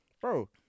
Bro